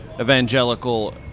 evangelical